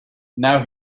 now